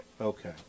Okay